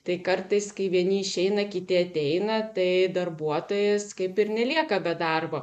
tai kartais kai vieni išeina kiti ateina tai darbuotojas kaip ir nelieka be darbo